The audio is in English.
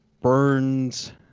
Burns